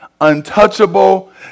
untouchable